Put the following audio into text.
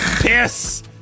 Piss